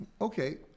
okay